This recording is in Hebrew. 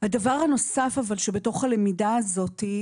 הדבר הנוסף שבתוך הלמידה הזאת,